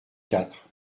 quatre